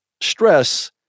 stress